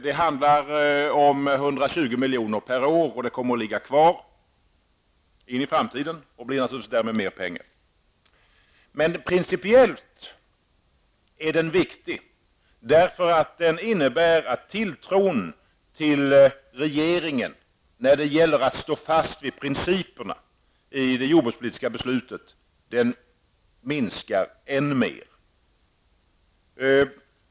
Det handlar om 120 miljoner per år som kommer att ligga kvar in i framtiden och därmed naturligtvis bli till mer pengar. Men principiellt är den viktig, därför att den innebär att tilltron till regeringen när det gäller att stå fast vid principerna i det jordbrukspolitiska beslutet minskar än mer.